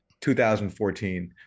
2014